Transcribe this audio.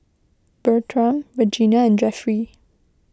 Bertram Regina and Jeffry